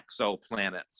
exoplanets